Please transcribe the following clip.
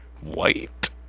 White